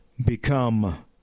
Become